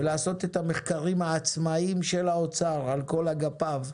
ולעשות את המחקרים העצמאיים של האוצר על כל אגפיו,